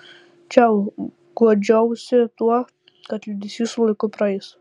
čiau guodžiausi tuo kad liūdesys su laiku praeis